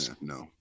no